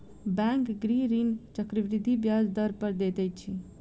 bank गृह ऋण चक्रवृद्धि ब्याज दर पर दैत अछि